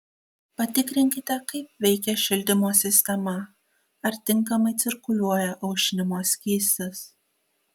patikrinkite kaip veikia šildymo sistema ar tinkamai cirkuliuoja aušinimo skystis